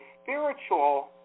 Spiritual